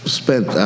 spent